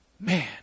Man